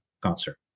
concert